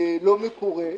לא מקורה,